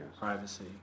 privacy